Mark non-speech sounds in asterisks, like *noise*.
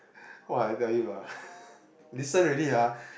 !woah! I tell you ah *laughs* listen already ah